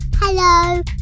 Hello